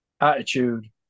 attitude